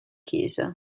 chiesa